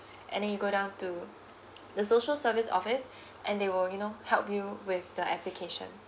and then you go down to the social service office and they will you know help you with the application